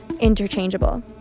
interchangeable